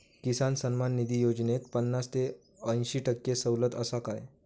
किसान सन्मान निधी योजनेत पन्नास ते अंयशी टक्के सवलत आसा काय?